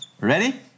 Ready